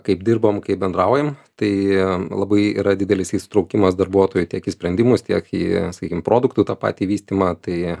kaip dirbam kaip bendraujam tai labai yra didelis įsitraukimas darbuotojų tiek į sprendimus tiek į sakykim produktų tą patį vystymą tai